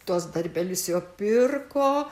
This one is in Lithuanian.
tuos darbelius jo pirko